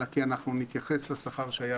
אלא כי נתייחס לשכר שהיה